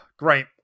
Great